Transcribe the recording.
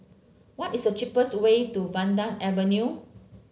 what is the cheapest way to Vanda Avenue